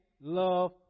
love